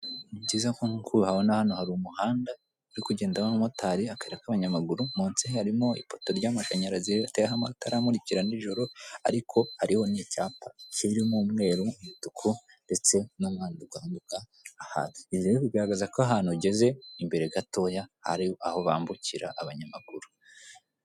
Ni byiza ko nkuko uhabona hano hari umuhanda, uri kugendamo abamotari, akayira k'abanyamaguru, munsi harimo ipoto ry'amashanyarazi riteyeho amatara amurikira nijoro, ariko hariho n'icyapa kirimo umweru, umutuku, ndetse n'umwana uri kwambuka aha. Ibi rero bigaragaza ko ahantu ugeze imbere gatoya ari aho bambukira, abanyamaguru.